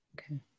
Okay